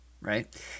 right